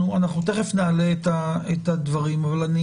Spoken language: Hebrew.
אנחנו תכף נעלה את הדברים אבל אני